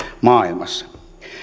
maailmassa